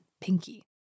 Pinky